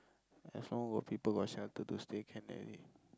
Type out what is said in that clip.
as long got people got sell can already